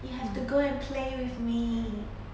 you have to go and play with me